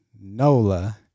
Nola